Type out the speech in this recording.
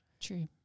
True